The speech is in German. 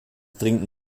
dringend